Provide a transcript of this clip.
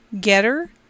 Getter